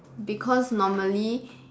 because normally